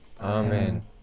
Amen